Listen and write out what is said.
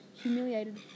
humiliated